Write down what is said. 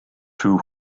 two